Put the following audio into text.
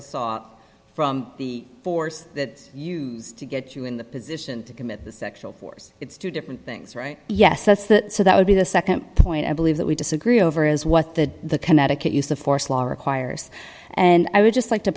assault from the force that used to get you in the position to commit the sexual course it's two different things right yes that's that so that would be the nd point i believe that we disagree over is what the connecticut use of force law requires and i would just like t